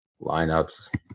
Lineups